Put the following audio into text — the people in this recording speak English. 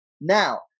Now